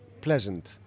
pleasant